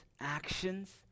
actions